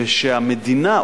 והמדינה,